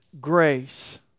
grace